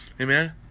Amen